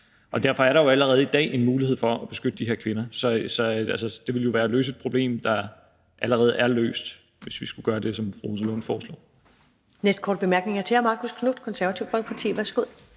Og derfor er der allerede i dag en mulighed for at beskytte de her kvinder, så det ville jo være at løse et problem, der allerede er løst, hvis vi skulle gøre det, som fru Rosa Lund foreslår.